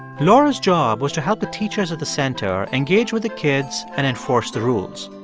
laura's job was to help the teachers at the center engage with the kids and enforce the rules